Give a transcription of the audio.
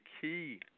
key